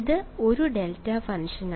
ഇത് ഒരു ഡെൽറ്റ ഫംഗ്ഷനാണ്